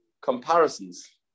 comparisons